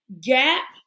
gap